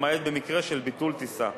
למעט במקרה של ביטול טיסה.